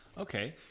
Okay